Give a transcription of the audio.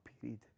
period